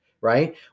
right